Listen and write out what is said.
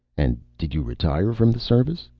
and did you retire from the service?